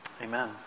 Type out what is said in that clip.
Amen